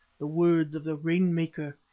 the words of the rain-maker,